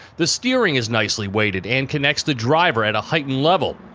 the steering is nicely weighted and connects the driver at a heightened level.